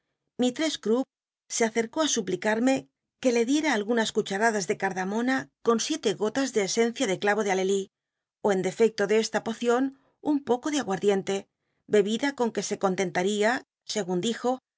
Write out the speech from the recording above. se acercó a suplicarme que le diera algunas cuchal'adas de cal'damona eon siete gotas de esencia de chno de alelí ó en dcftclo de esta pocion un poco de agua rdiente bebida con que se conten tatia segun dijo